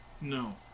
No